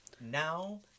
now